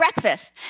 breakfast